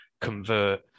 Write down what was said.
convert